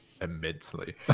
immensely